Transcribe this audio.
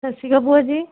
ਸਤਿ ਸ਼੍ਰੀ ਅਕਾਲ ਭੂਆ ਜੀ